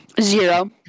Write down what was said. Zero